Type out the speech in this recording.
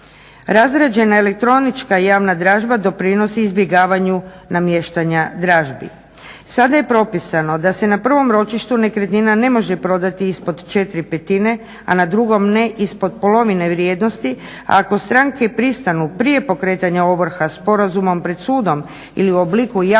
Razrađena elektronička i javna dražba doprinosi izbjegavanju namještanja dražbi. Sada je propisano da se na prvom ročištu nekretnina ne može prodati ispod 4/5 a na drugom ne ispod polovine vrijednosti. Ako stranke pristanu prije pokretanja ovrha sporazumom pred sudom ili u obliku javno-bilježničke